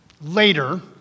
later